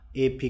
AP